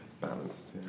balanced